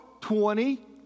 twenty